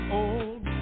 old